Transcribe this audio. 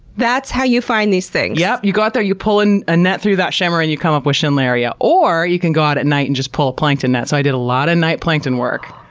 that's how you find these things? yep. you go out there, you pull and a net through that shimmer and you come up with schindleria. or, you can go out at night and just pull plankton nets. so, i did a lot of night plankton work.